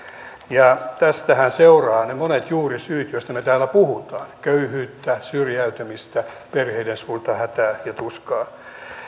tästähän seuraavat ne monet juurisyyt joista me täällä puhumme köyhyyttä syrjäytymistä perheiden suurta hätää ja tuskaa